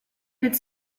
could